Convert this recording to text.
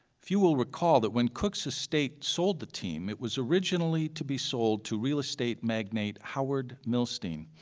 few will recall that when cook's estate sold the team it was originally to be sold to real estate magnate howard milstein,